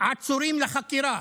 עצורים לחקירה.